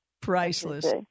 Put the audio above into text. Priceless